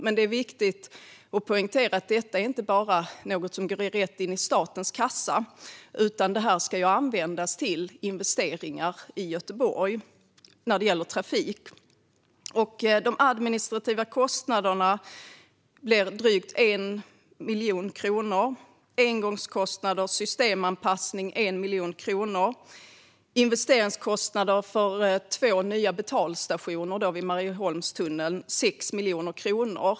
Det är dock viktigt att poängtera att detta inte bara är något som går rätt in i statens kassa, utan det ska användas till investeringar när det gäller trafik i Göteborg. De administrativa kostnaderna blir drygt 1 miljon kronor. Engångskostnaderna för systemanpassning blir 1 miljon kronor. Investeringskostnaderna för två nya betalstationer vid Marieholmstunneln blir 6 miljoner kronor.